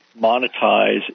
monetize